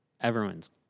everyone's